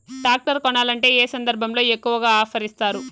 Tractor కొనాలంటే ఏ సందర్భంలో ఎక్కువగా ఆఫర్ ఇస్తారు?